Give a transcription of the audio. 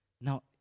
Now